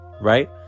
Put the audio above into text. right